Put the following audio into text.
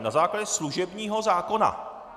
Na základě služebního zákona.